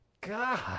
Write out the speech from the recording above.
God